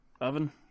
oven